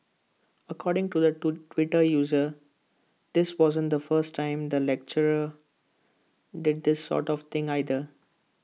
according to the to Twitter user this wasn't the first time the lecturer did this sort of thing either